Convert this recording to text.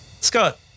Scott